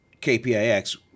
KPIX